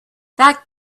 that